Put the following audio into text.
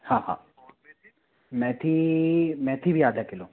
हाँ हाँ और मेथी मेथी भी आधा किलो